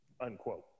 Unquote